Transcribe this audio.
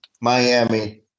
Miami